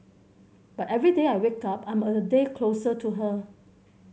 but every day I wake up I'm a day closer to her